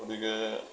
গতিকে